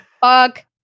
Fuck